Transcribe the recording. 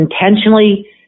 intentionally